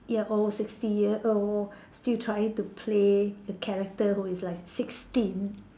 year old sixty year old still trying to play the character who is like sixteen